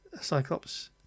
Cyclops